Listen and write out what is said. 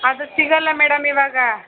ಅದು ಸಿಗೋಲ್ಲ ಮೇಡಮ್ ಇವಾಗ